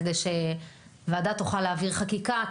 כדי שוועדה תוכל להעביר חקיקה,